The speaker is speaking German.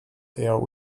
wäre